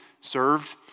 served